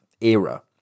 era